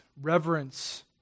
reverence